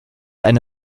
eine